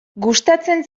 gustatzen